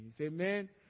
Amen